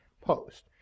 post